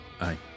aye